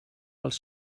els